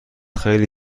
خیلی